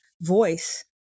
voice